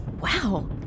wow